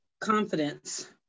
Confidence